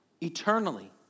eternally